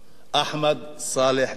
אחמד צאלח דבאח,